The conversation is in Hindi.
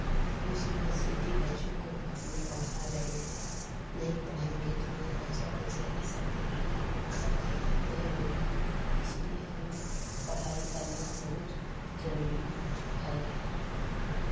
मुसीबत से भी बच्चों को अपने पढ़ा रहे हैं नहीं पढ़ाएँगे तो मेरे बच्चा बच्चियाँ की शादी भी नहीं हो पा रही है नहीं होगी इसलिए हमें पढ़ाई करना बहुत ज़रूरी है